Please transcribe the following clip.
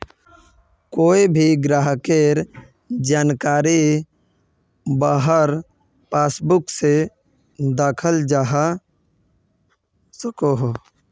कोए भी ग्राहकेर जानकारी वहार पासबुक से दखाल जवा सकोह